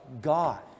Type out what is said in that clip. God